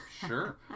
Sure